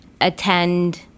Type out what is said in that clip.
attend